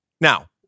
Now